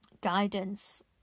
guidance